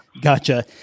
Gotcha